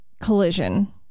collision